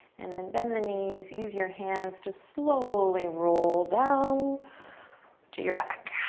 and then bend the knees, use your hands to slowly roll down to your back.